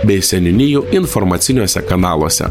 bei seniūnijų informaciniuose kanaluose